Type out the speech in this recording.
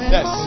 Yes